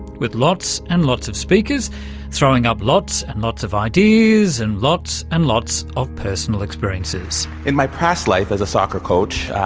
with lots and lots of speakers throwing up lots and lots of ideas and lots and lots of personal experiences. in my past life as a soccer coach,